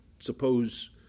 Suppose